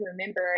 remember